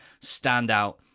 standout